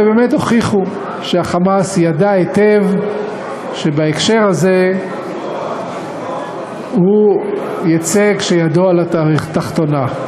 ובאמת הוכיחו שה"חמאס" ידע היטב שבהקשר הזה הוא יצא כשידו על התחתונה.